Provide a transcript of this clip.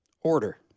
order